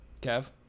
Kev